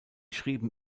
schrieben